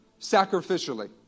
sacrificially